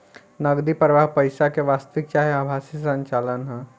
नगदी प्रवाह पईसा के वास्तविक चाहे आभासी संचलन ह